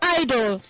idol